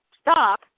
stop